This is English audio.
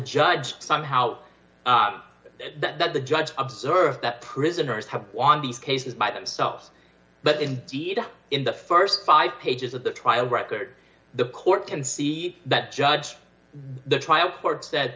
judge somehow that the judge observed that prisoners have won these cases by themselves but indeed in the st five pages of the trial record the court can see that judge the trial court sa